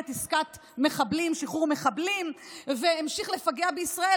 עסקת שחרור מחבלים והמשיך לפגע בישראל.